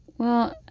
well,